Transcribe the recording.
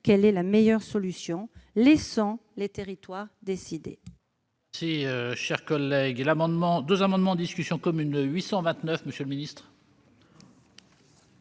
quelle est la meilleure solution. Laissons les territoires décider